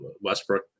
Westbrook